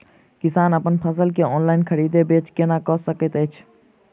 किसान अप्पन फसल केँ ऑनलाइन खरीदै बेच केना कऽ सकैत अछि?